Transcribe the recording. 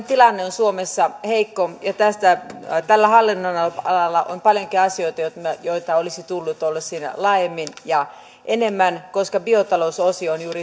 tilanne on suomessa heikko ja tällä hallinnonalalla on paljonkin asioita joita olisi tullut olla siinä laajemmin ja enemmän koska biotalousosio on juuri